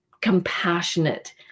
compassionate